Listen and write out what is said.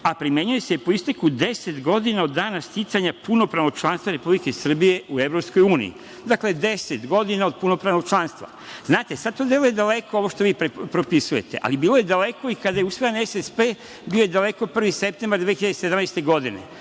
a primenjuje se po isteku 10 godina od dana sticanja punopravnog članstva Republike Srbije u EU. Dakle, 10 godina od punopravnog članstva. Znate, to deluje daleko ovo što vi propisujete, ali bilo je daleko i kada je usvojen SSP, bio je daleko 1. septembar 2017. godine,